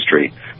history